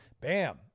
Bam